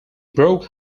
broke